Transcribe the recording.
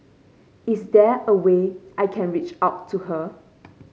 is there a way I can reach out to her